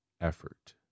effort